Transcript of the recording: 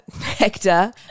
Hector